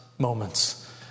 moments